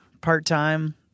part-time